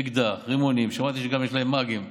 אקדח, רימונים, שמעתי שגם יש להם מאגים,